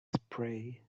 spray